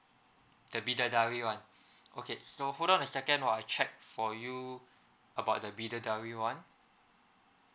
the bidadari one okay so hold on a second while I checked for you about the bidadari one